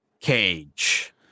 cage